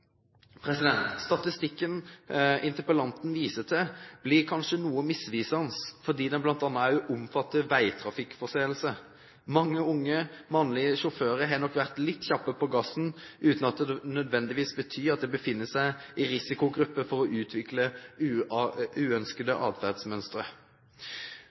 Statistikken interpellanten viste til, blir kanskje noe misvisende, fordi den bl.a. også omfatter veitrafikkforseelser. Mange unge mannlige sjåfører har nok vært litt kjappe på gassen uten at det nødvendigvis betyr at de befinner seg i «risikogrupper for å utvikle